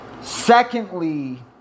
Secondly